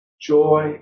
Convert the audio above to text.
joy